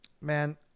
man